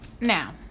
Now